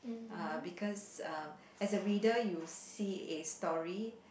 uh because um as a reader you will see a story